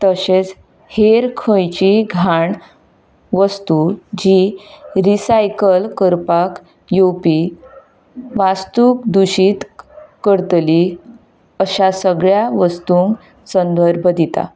तशेंच हेर खंयचीय घाण वस्तू जी रिसायकल करपाक येवपी वास्तूक दुशीत करतली अश्या सगळ्या वस्तूंक संदर्भ दिता